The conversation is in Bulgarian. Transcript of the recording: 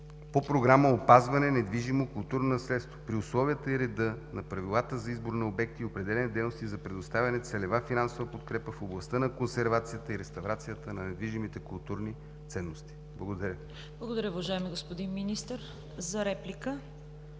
по Програма „Опазване на недвижимо културно наследство“ по условията и реда на правилата за избор на обекти и определяне дейностите за предоставяне на целева финансова подкрепа в областта на консервацията и реставрацията на недвижимите културни ценности. Благодаря. ПРЕДСЕДАТЕЛ ЦВЕТА КАРАЯНЧЕВА: Благодаря, уважаеми господин Министър.